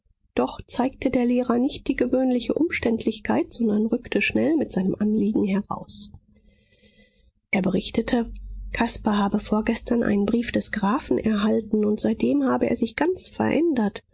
doch zeigte der lehrer nicht die gewöhnliche umständlichkeit sondern rückte schnell mit seinem anliegen heraus er berichtete caspar habe vorgestern einen brief des grafen erhalten und seitdem habe er sich ganz verändert